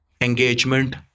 engagement